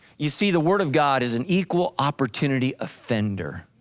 you see the word of god is an equal opportunity offender.